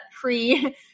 pre